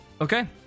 Okay